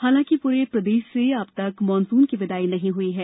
हालांकि पूरे प्रदेश से अब तक मानसून की विदाई नहीं हुई है